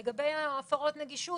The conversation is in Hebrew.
ולגבי הפרות הנגישות,